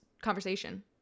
conversation